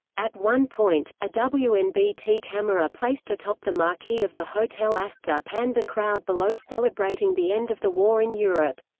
at one point, a wnbt camera placed atop the marquee of the hotel astor panned the crowd below celebrating the end of the war in europe.